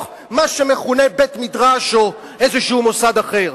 מה שמכונה בית-מדרש או איזה מוסד אחר,